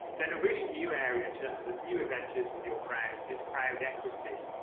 then a really new area in terms of new adventures with your crowd is crowd equity.